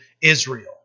Israel